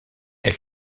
elle